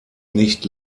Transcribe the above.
nicht